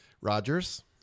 Rogers